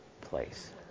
place